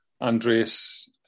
Andreas